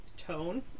Tone